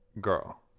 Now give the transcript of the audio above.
Girl